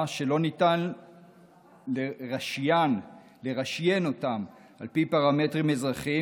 שלא ניתן לרשיין אותם על פי פרמטרים אזרחיים,